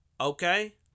Okay